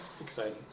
exciting